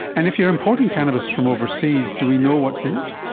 and if you are importing cannabis from overseas, do we know what's in it?